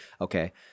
okay